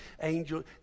angels